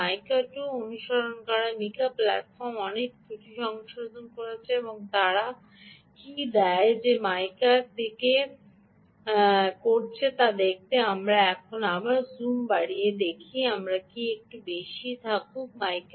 সুতরাং মাইকা 2 অনুসরণ করা মাইকা প্ল্যাটফর্ম অনেক ত্রুটিগুলি সংশোধন করেছে এবং তারা দেয় মাইকা 2 এ তারা কী করেছে তা দেখতে আমরা এখানে আবার জুম বাড়িয়ে দেখি আমার মনে হয় এটি একটু বেশিই থাকুক